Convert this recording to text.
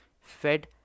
Fed